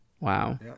wow